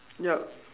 yup